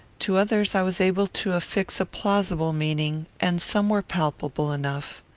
to others i was able to affix a plausible meaning, and some were palpable enough.